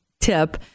tip